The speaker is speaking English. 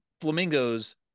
flamingos